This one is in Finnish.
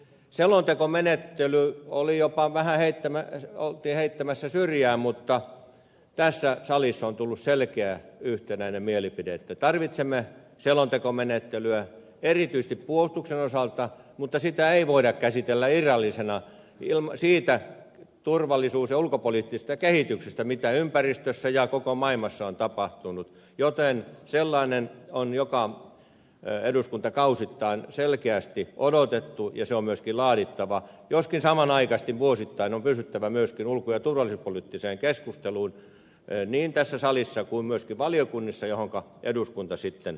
selontekomenettelyä oltiin jopa vähän heittämässä syrjään mutta tässä salissa on tullut selkeä yhtenäinen mielipide että tarvitsemme selontekomenettelyä erityisesti puolustuksen osalta mutta sitä ei voida käsitellä irrallisena siitä turvallisuus ja ulkopoliittisesta kehityksestä mitä ympäristössä ja koko maailmassa on tapahtunut joten sellaista on eduskuntakausittain selkeästi odotettu ja se on myöskin laadittava joskin samanaikaisesti vuosittain on pystyttävä myöskin ulko ja turvallisuuspoliittiseen keskusteluun niin tässä salissa kuin myöskin valiokunnissa joissa eduskunta sitten laatii vastauksensa